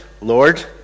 Lord